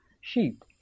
sheep